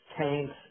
tanks